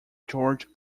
george